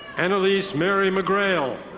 analise mary mcgrail.